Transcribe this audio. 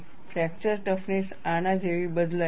fracture toughness આના જેવી બદલાય છે